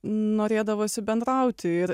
norėdavosi bendrauti ir